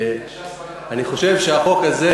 - אני חושב שהחוק הזה,